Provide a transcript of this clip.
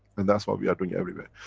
and that's what we are doing everywhere.